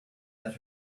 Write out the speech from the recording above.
that